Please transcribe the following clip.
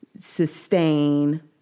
sustain